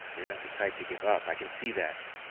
you're not the type to give up, i can see that.